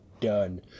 done